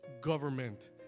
government